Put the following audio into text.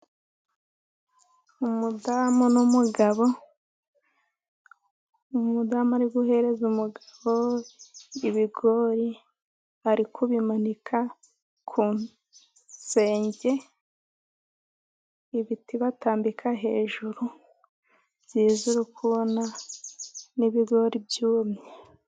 Umudamu numugabo, umudamu ariguhereza umugabo ibigori, ari kubimanika kugisenge, ibiti batambika hejuru byiza, urikubona n' ibigori byumye.